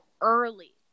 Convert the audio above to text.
early